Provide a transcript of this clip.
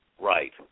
Right